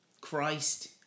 Christ